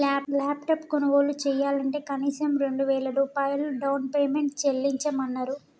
laptop కొనుగోలు చెయ్యాలంటే కనీసం రెండు వేల రూపాయలు డౌన్ పేమెంట్ చెల్లించమన్నరు